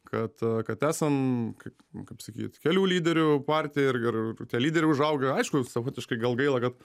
kad kad esam kaip kaip sakyt kelių lyderių partija ir ir tie lyderiai užauga aišku savotiškai gal gaila kad